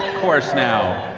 course now.